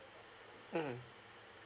mm